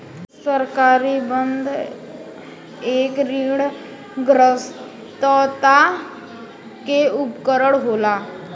सरकारी बन्ध एक ऋणग्रस्तता के उपकरण होला